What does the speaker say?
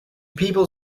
people